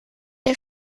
der